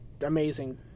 amazing